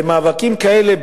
למאבקים כאלה,